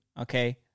okay